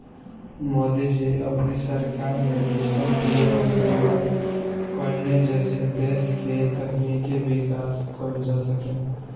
मोदी जी अपनी सरकार में डिजिटल इंडिया के शुरुआत कईने जेसे देस के तकनीकी विकास कईल जा सके